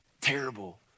terrible